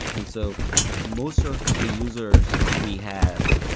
and so most of the users we have,